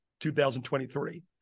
2023